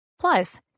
Plus